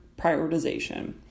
prioritization